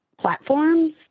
platforms